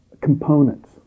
components